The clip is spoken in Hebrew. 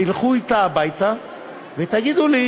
תלכו אתה הביתה ותגידו לי